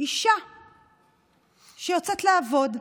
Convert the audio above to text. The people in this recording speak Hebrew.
אישה שיוצאת לעבוד,